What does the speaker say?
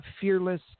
fearless